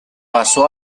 pasó